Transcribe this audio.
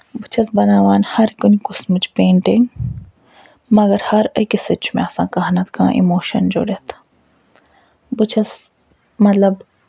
بہٕ چھَس بناوان ہر کُنہِ قٕسمٕچ پیٚنٹِنٛگ مگر ہر أکِس سۭتۍ چھُ مےٚ آسان کانٛہہ نَتہٕ کانٛہہ اِموشن جُڈتھ بہٕ چھَس مطلب